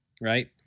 right